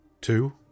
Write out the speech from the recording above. two